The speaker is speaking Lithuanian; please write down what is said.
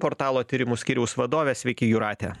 portalo tyrimų skyriaus vadovė sveiki jūrate